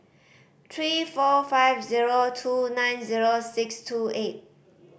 three four five zero two nine zero six two eight